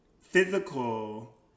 Physical